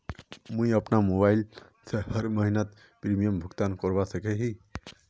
मुई अपना मोबाईल से हर महीनार प्रीमियम भुगतान करवा सकोहो ही?